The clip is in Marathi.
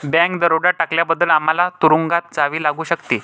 बँक दरोडा टाकल्याबद्दल आम्हाला तुरूंगात जावे लागू शकते